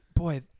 Boy